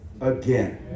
again